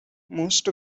most